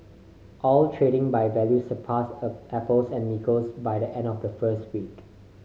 oil trading by value surpassed apples and nickels by the end of the first week